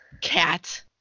Cat